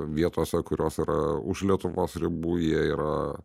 vietose kurios yra už lietuvos ribų jie yra